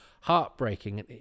heartbreaking